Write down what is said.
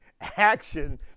action